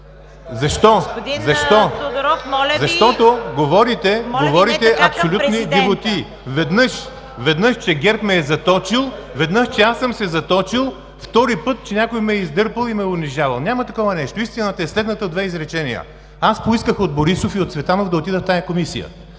Защо? Защото говорите абсолютни дивотии. Веднъж, че ГЕРБ ме е заточил, веднъж, че аз съм се заточил. Втори път, че някой ме е издърпал и ме е унижавал. Няма такова нещо. Истината е следната в две изречения. Аз поисках от Борисов и от Цветанов да отида в тази Комисия.